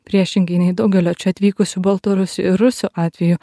priešingai nei daugelio čia atvykusių baltarusių ir rusų atveju